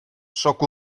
sóc